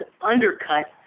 undercut